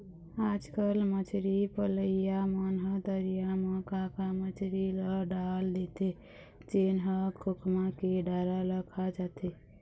आजकल मछरी पलइया मन ह तरिया म का का मछरी ल डाल देथे जेन ह खोखमा के डारा ल खा जाथे